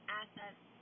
assets